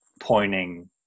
pointing